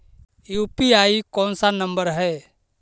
UPI कोन सा number हैं?